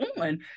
on